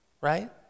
Right